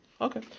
Okay